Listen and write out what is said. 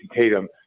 Tatum